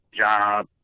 job